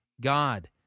God